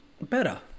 better